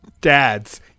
dads